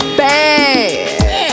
bad